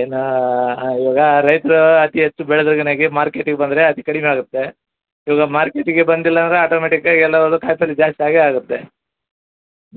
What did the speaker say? ಏನೋ ಇವಾಗ ರೈತರು ಅತಿ ಹೆಚ್ಚು ಬೆಳೆದು ಮಾರ್ಕೆಟಿಗೆ ಬಂದರೆ ಅತಿ ಕಡಿಮೆ ಆಗುತ್ತೆ ಇವಾಗ ಮಾರ್ಕೆಟ್ಟಿಗೇ ಬಂದಿಲ್ಲ ಅಂದರೆ ಆಟೋಮೆಟಿಕ್ಕಾಗಿ ಎಲ್ಲ ಜಾಸ್ತಿ ಆಗೇ ಆಗುತ್ತೆ